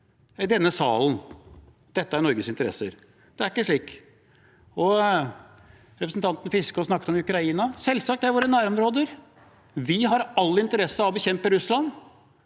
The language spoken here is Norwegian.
i denne salen: Dette er Norges interesser. Det er ikke slik. Representanten Fiskaa snakket om Ukraina. Selvsagt, det er i vårt nærområde. Vi har all interesse av å bekjempe Russland